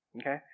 Okay